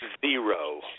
Zero